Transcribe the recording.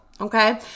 Okay